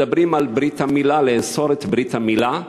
מדברים על ברית המילה, לאסור את ברית המילה,